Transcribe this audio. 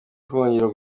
twongera